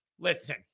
Listen